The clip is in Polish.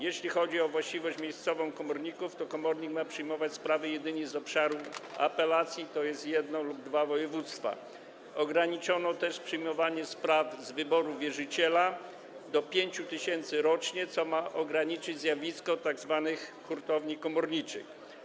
Jeśli chodzi o właściwość miejscową komorników, to komornik ma przyjmować sprawy jedynie z obszaru apelacji - to jest jedno lub dwa województwa - ograniczono też przyjmowanie spraw z wyboru wierzyciela do 5 tys. rocznie, co ma ograniczyć zjawisko tzw. hurtowni komorniczych.